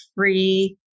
free